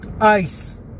ICE